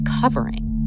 covering